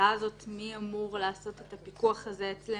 מי אמור לעשות את הפיקוח אצלנו.